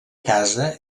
casa